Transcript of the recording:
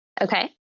Okay